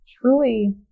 truly